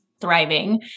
thriving